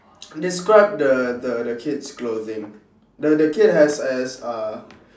describe the the the kid's clothing the the kid has has uh